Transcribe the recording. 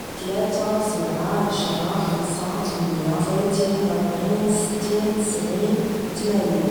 تلاتة سبعة عشرة خمسة تمنية تلاتين ربعين خمسين ستين تسعين تمانين